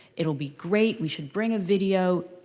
it will be great. we should bring a video.